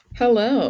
hello